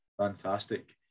Fantastic